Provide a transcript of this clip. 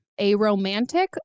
aromantic